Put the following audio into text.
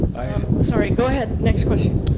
sorry, go ahead. next question.